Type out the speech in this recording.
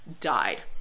died